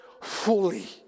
fully